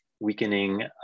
weakening